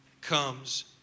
comes